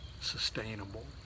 sustainable